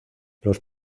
los